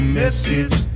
message